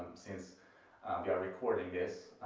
since we are recording this,